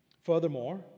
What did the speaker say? Furthermore